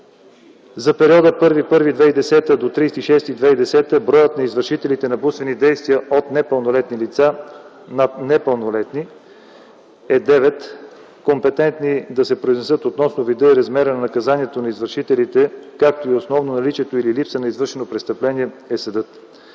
30 юни 2010 г. броят на извършителите на блудствени действия от непълнолетни лица над непълнолетни е 9. Компетентни да се произнесат относно вида и размера на наказанието на извършителите, както и основно наличието и редицата на извършено престъпление е съдът.